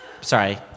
Sorry